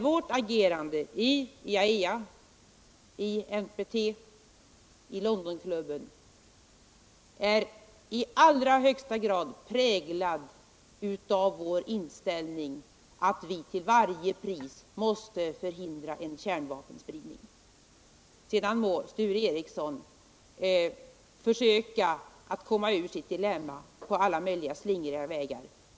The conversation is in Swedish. Vårt agerande i IAEA, NPT och Londonklubben är i allra högsta grad präglat av vår inställning att man till varje pris måste förhindra en kärnvapenspridning. Sedan får Sture Ericson försöka att komma ur sitt dilemma på alla möjliga slingriga vägar.